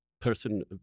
person